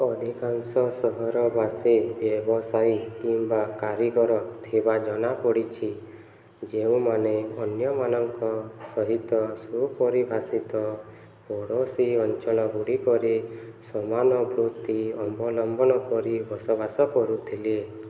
ଅଧିକାଂଶ ସହରବାସୀ ବ୍ୟବସାୟୀ କିମ୍ବା କାରିଗର ଥିବା ଜଣାପଡ଼ିଛି ଯେଉଁମାନେ ଅନ୍ୟମାନଙ୍କ ସହିତ ସୁପରିଭାଷିତ ପଡ଼ୋଶୀ ଅଞ୍ଚଳ ଗୁଡ଼ିକରେ ସମାନ ବୃତ୍ତି ଅବଲମ୍ବନ କରି ବସବାସ କରୁଥିଲେ